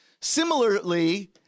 Similarly